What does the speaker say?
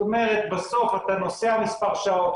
זאת אומרת בסוף אתה נוסע מספר שעות,